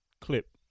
clip